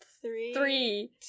Three